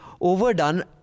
overdone